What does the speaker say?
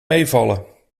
meevallen